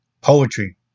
poetry